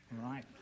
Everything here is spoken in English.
right